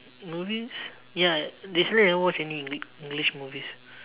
movies ya recently I never watch any English English movies